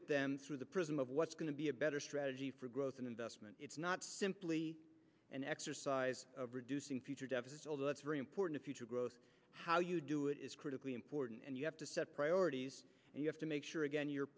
at them through the prism of what's going to be a better strategy for growth and investment it's not simply an exercise of reducing future deficits although it's very important future growth how you do it is critically important and you have to set priorities and you have to make sure again you're